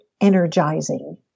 energizing